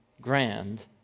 grand